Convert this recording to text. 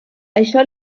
això